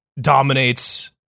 dominates